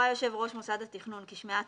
הורה יושב-ראש מוסד התכנון כי שמיעת